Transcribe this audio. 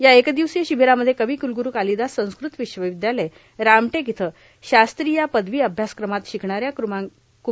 या एकदिवसीय शिबीरामध्ये कविक्रलगुरू कालिदास संस्कृत विश्वविद्यालय रामटेक येथे शास्त्री या पदवीअभ्यासक्रमात शिकणा या कू